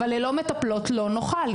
אבל ללא מטפלות לא נוכל,